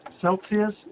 Celsius